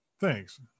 Thanks